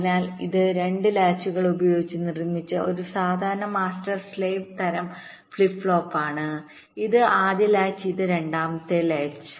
അതിനാൽ ഇത് രണ്ട് ലാച്ചുകൾ ഉപയോഗിച്ച് നിർമ്മിച്ച ഒരു സാധാരണ മാസ്റ്റർ സ്ലാവ് തരംഫ്ലിപ്പ് ഫ്ലോപ്പാണ് ഇത് ആദ്യ ലാച്ച് ഇത് രണ്ടാമത്തെ ലാച്ച്